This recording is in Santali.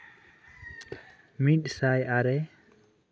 ᱢᱤᱫᱥᱟᱭ ᱟᱨᱮ